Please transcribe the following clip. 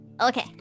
Okay